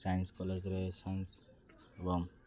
science କଲେଜରେ science ଏବଂ